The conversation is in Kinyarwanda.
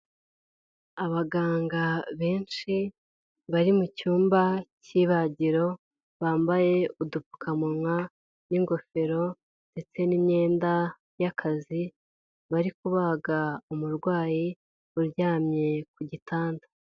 Abaganga benshi bari mu cyumba cy'ibagiro, bambaye udupfukamunwa n'ingofero ndetse n'imyenda y'akazi, bari kubaga umurwayi uryamye ku gitanda.